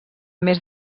més